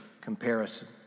comparison